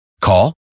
Call